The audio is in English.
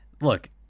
Look